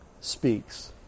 speaks